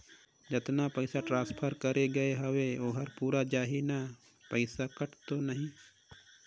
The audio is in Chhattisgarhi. जतना पइसा ट्रांसफर करे गये हवे ओकर पूरा जाही न पइसा कटही तो नहीं?